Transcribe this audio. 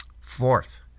Fourth